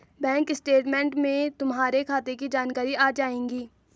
bank statement में तुम्हारे खाते की जानकारी आ जाएंगी